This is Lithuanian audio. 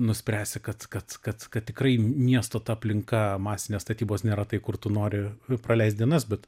nuspręsi kad kad kad kad tikrai miesto ta aplinka masinės statybos nėra tai kur tu nori praleist dienas bet